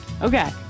Okay